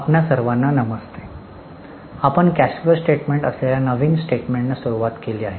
आपणा सर्वांना नमस्ते आपण कॅश फ्लो स्टेटमेंट असलेल्या नवीन स्टेटमेंटनं सुरुवात केली आहे